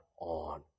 on